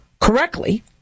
correctly